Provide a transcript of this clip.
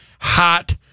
Hot